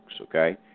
Okay